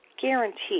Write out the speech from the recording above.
guaranteed